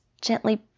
gently